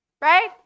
Right